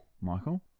Michael